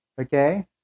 Okay